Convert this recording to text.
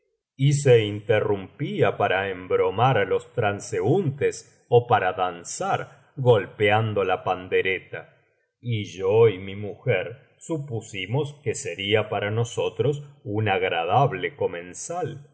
y se interrumpía para embromar á los transeúntes ó para danzar golpeando la pandereta y yo y mi mujer supusimos que sería para nosotros un agradable comensal y